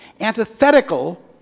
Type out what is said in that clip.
antithetical